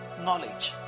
Knowledge